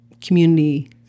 community